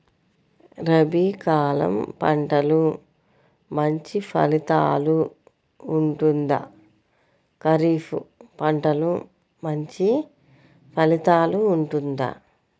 రబీ కాలం పంటలు మంచి ఫలితాలు ఉంటుందా? ఖరీఫ్ పంటలు మంచి ఫలితాలు ఉంటుందా?